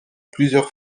plusieurs